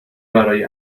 برای